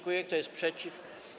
Kto jest przeciw?